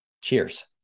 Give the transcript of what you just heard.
Cheers